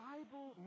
Bible